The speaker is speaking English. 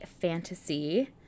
fantasy